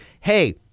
hey